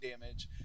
damage